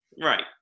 Right